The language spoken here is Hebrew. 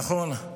נכון,